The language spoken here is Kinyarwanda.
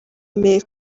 yemeye